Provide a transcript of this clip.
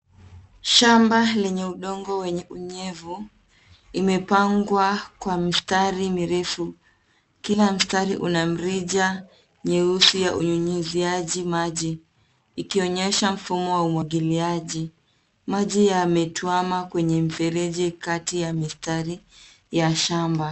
Shamba lenye udongo wenye unyevu, imepangwa kwa mstari mrefu. Kila mstari una mrija nyeusi ya unyunyiziaji maji ikionyesha mfumo wa umwagiliaji. Maji yametuama kwenye mfereji kati ya mistari ya shamba.